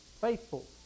faithful